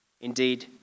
Indeed